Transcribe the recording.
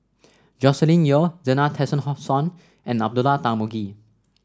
Joscelin Yeo Zena Tessensohn and Abdullah Tarmugi